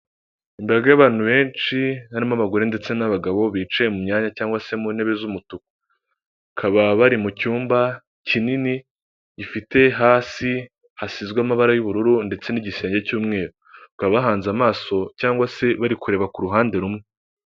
Imbaga y'abantu benshi harimo abagore ndetse n'abagabo, bicaye mu myanya cyangwa se mu ntebe z'umutuku. Bakaba bari mu cyumba kinini, gifite hasi hasizwe amabara y'ubururu ndetse n'igisenge cy'umweru, bakaba bahanze amaso cyangwa se bari kureba ku ruhande rumwe.